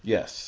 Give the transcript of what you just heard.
Yes